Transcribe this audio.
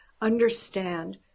understand